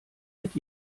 mit